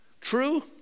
true